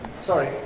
Sorry